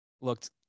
looked